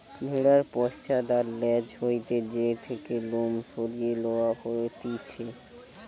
ভেড়ার পশ্চাৎ আর ল্যাজ হইতে যে থেকে লোম সরিয়ে লওয়া হতিছে